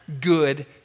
good